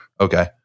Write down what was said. okay